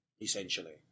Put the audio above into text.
essentially